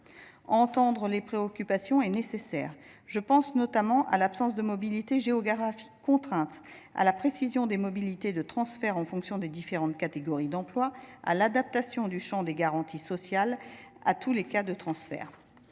d’entendre les préoccupations. Je pense notamment à l’absence de mobilité géographique contrainte, à la précision des modalités de transfert en fonction des différentes catégories d’emploi et à l’adaptation du champ des garanties sociales à tous les cas de transfert.